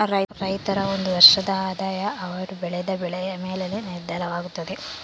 ರೈತರ ಒಂದು ವರ್ಷದ ಆದಾಯ ಅವರು ಬೆಳೆದ ಬೆಳೆಯ ಮೇಲೆನೇ ನಿರ್ಧಾರವಾಗುತ್ತದೆ